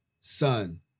son